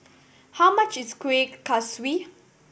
how much is Kueh Kaswi